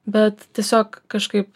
bet tiesiog kažkaip